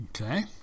Okay